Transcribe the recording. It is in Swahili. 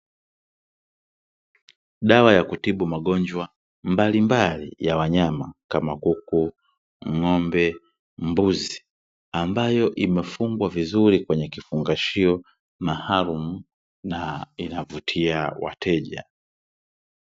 Dawa ya kutibu magonjwa mbalimbali ya wanyama kama kuku, ng'ombe, mbuzi; ambayo imefungwa vizuri kwenye kifungashio maalumu, na inavutia wateja.